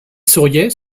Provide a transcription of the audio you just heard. souriait